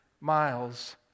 miles